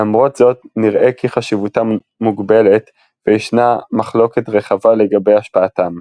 למרות זאת נראה כי חשיבותם מוגבלת וישנה מחלוקת רחבה לגבי השפעתם.